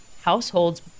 household's